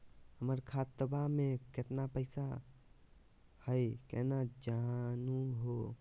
हमर खतवा मे केतना पैसवा हई, केना जानहु हो?